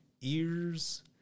ears